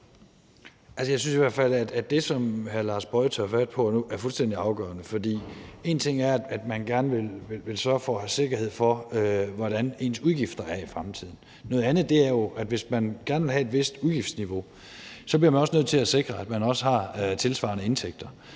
hvert fald, at det, som hr. Lars Boje Mathiesen tager fat på nu, er fuldstændig afgørende. For en ting er, at man gerne vil sørge for at have sikkerhed for, hvordan ens udgifter er i fremtiden. Noget andet er jo, at hvis man gerne vil have et vist udgiftsniveau, bliver man også nødt til at sikre, at man har tilsvarende indtægter.